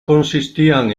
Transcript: consistían